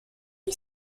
you